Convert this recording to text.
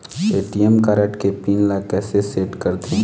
ATM card के pin ला कैसे सेट करथे?